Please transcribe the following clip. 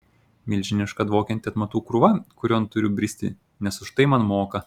milžiniška dvokianti atmatų krūva kurion turiu bristi nes už tai man moka